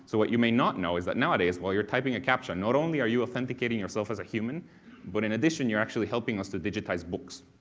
so what you may not know is that nowadays, while you're typing a captcha not only are you authenticating yourself as a human but in addition you are actually helping us to digitize books.